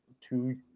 two